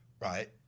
right